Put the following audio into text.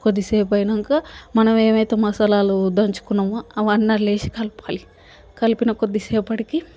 కొద్దిసేపు అయినాకా మనం ఏవైతే మసాలాలు దంచుకున్నామో అవన్నీ అందులో వేసి కలపాలి కలిపిన కొద్దిసేపటికి